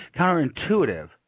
counterintuitive